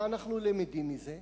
מה אנחנו למדים מזה?